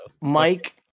mike